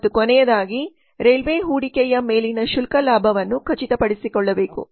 ಮತ್ತು ಕೊನೆಯದಾಗಿ ರೈಲ್ವೆ ಹೂಡಿಕೆಯ ಮೇಲಿನ ಶುಲ್ಕ ಲಾಭವನ್ನು ಖಚಿತಪಡಿಸಿಕೊಳ್ಳಬೇಕು